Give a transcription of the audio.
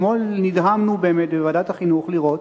אתמול נדהמנו בוועדת החינוך לראות